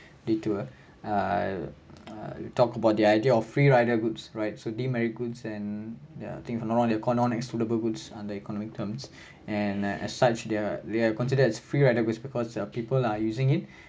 video ah err talk about the idea of free rider goods right so demerit goods and ya I think from now on they called non excludable goods under economic terms and as such they are they are considered as free rider goods because uh people are using it